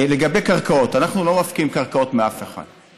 לגבי קרקעות, אנחנו לא מפקיעים קרקעות מאף אחד.